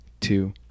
two